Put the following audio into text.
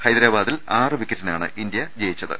ഹൈദരാബാദിൽ ആറ് വിക്കറ്റിനാണ് ഇന്ത്യ ജയി ച്ചത്